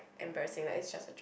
embarrassing like it's just a job